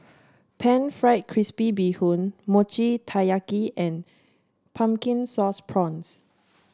pan fried crispy Bee Hoon Mochi Taiyaki and Pumpkin Sauce Prawns